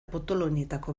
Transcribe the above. potoloenetako